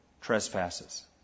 trespasses